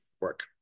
work